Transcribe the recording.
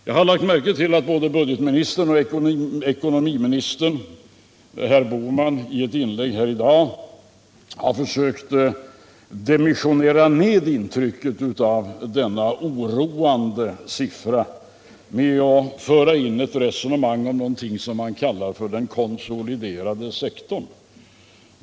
Jag har lagt märke till att både budgetministern och ekonomiministern herr Bohman i sina inlägg har försökt reducera intrycket av denna oroande siffra genom att i resonemanget föra in något som de kallar för den konsoliderade sektorn.